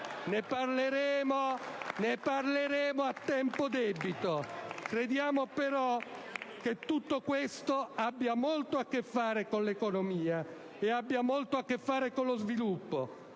Ne parleremo a tempo debito. Crediamo però che tutto questo abbia molto a che fare con l'economia e abbia molto a che fare con lo sviluppo.